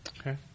Okay